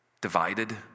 Divided